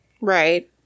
right